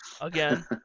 again